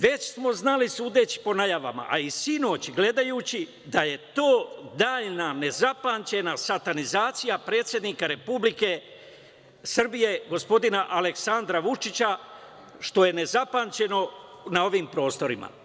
Već smo znali, sudeći po najavama, a i sinoć gledajući da je to daljna nezapamćena satanizacija predsednika Republike Srbije gospodina Aleksandra Vučića, što je nezapamćeno na ovim prostorima.